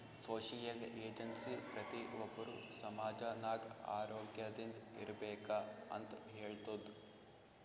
social agency ಪ್ರತಿ ಒಬ್ಬರು ಸಮಾಜ ನಾಗ್ ಆರೋಗ್ಯದಿಂದ್ ಇರ್ಬೇಕ ಅಂತ್ ಹೇಳ್ತುದ್